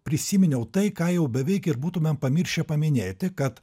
prisiminiau tai ką jau beveik ir būtumėm pamiršę paminėti kad